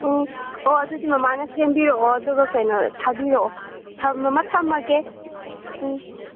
ꯎꯝ ꯑꯣ ꯑꯗꯨꯗꯤ ꯃꯃꯥꯅ ꯁꯦꯝꯕꯤꯔꯛꯑꯣ ꯑꯗꯨꯒ ꯀꯩꯅꯣꯗ ꯊꯥꯕꯤꯔꯛꯑꯣ ꯊꯝ ꯃꯃꯥ ꯊꯝꯃꯒꯦ ꯎꯝ